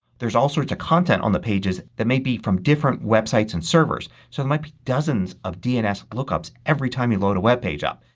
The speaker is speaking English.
there's all sorts of content on the pages that may be from different websites and servers. so there might be dozens of dns look ups every time you load a webpage up.